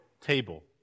table